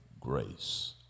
grace